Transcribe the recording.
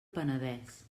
penedès